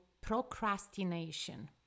procrastination